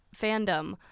fandom